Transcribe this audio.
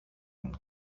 μου